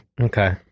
Okay